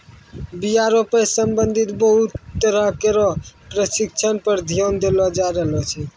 बीया रोपै सें संबंधित बहुते तरह केरो परशिक्षण पर ध्यान देलो जाय रहलो छै